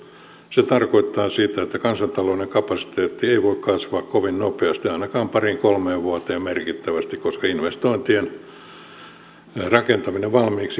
se tarkoittaa sitä että kansantalouden kapasiteetti ei voi kasvaa kovin nopeasti ainakaan pariin kolmeen vuoteen merkittävästi koska investointien rakentaminen valmiiksi vie aikaa